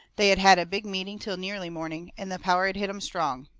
they had had a big meeting till nearly morning, and the power had hit em strong.